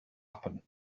happen